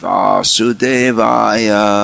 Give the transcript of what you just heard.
Vasudevaya